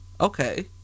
Okay